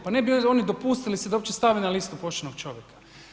Pa ne bi oni dopustili si da uopće stave na listu poštenog čovjeka.